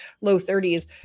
low-30s